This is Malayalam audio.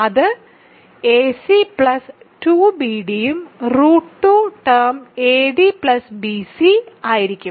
അത് എസി 2 ബിഡിയും √2 ടേം ad bc ആയിരിക്കും